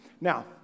Now